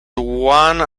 one